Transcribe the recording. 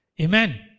Amen